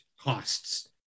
costs